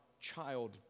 child